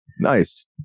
nice